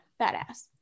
Badass